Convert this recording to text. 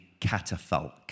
catafalque